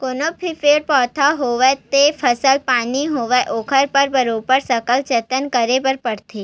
कोनो भी पेड़ पउधा होवय ते फसल पानी होवय ओखर बर बरोबर सकल जतन करे बर परथे